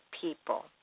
people